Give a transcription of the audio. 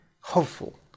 hopeful